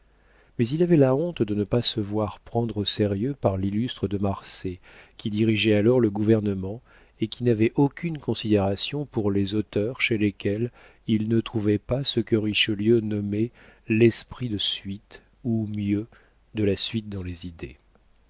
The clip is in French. mais il avait la honte de ne pas se voir prendre au sérieux par l'illustre de marsay qui dirigeait alors le gouvernement et qui n'avait aucune considération pour les auteurs chez lesquels il ne trouvait pas ce que richelieu nommait l'esprit de suite ou mieux de la suite dans les idées